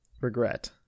Regret